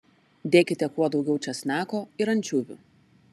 dėkite kuo daugiau česnako ir ančiuvių